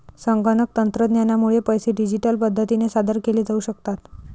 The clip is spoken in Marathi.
संगणक तंत्रज्ञानामुळे पैसे डिजिटल पद्धतीने सादर केले जाऊ शकतात